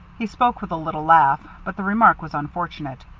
he spoke with a little laugh, but the remark was unfortunate.